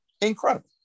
incredible